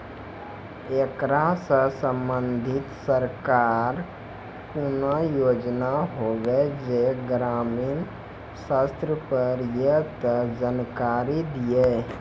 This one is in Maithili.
ऐकरा सऽ संबंधित सरकारक कूनू योजना होवे जे ग्रामीण स्तर पर ये तऽ जानकारी दियो?